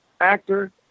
actor